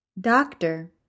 Doctor